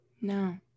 no